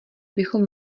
bychom